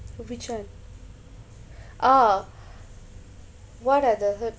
which one oh what are the